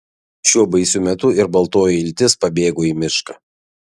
šiuo baisiu metu ir baltoji iltis pabėgo į mišką